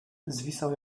zwisał